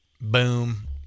Boom